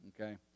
okay